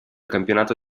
campionato